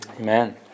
Amen